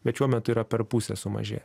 bet šiuo metu yra per pusę sumažėję